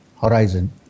horizon